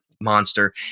monster